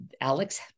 Alex